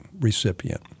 recipient